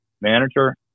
manager